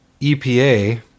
epa